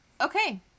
okay